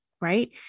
right